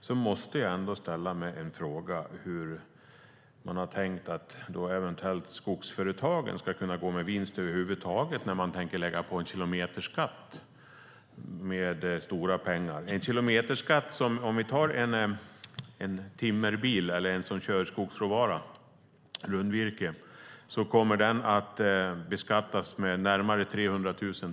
Därför måste jag fråga hur han tänkt att skogsföretagen över huvud taget ska kunna gå med vinst när Socialdemokraterna tänker lägga på en kilometerskatt. Om vi tar en timmerbil, en som kör skogsråvara, kommer den att beskattas med ytterligare närmare 300 000.